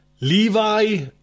Levi